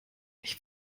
ich